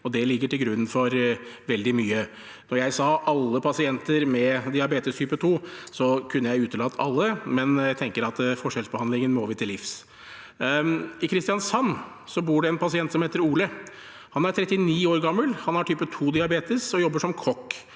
det ligger til grunn for veldig mye. Da jeg sa «alle pasienter med diabetes type 2», kunne jeg ha utelatt ordet «alle», men forskjellsbehandlingen må vi til livs. I Kristiansand bor det en pasient som heter Ole. Han er 39 år gammel, har type 2 diabetes og jobber som kokk.